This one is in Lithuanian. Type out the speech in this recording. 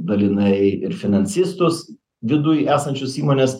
dalinai ir finansistus viduj esančius įmonės